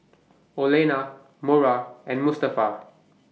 Olena Mora and Mustafa